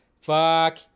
Fuck